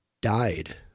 died